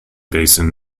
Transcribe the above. basin